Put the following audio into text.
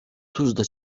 tuzla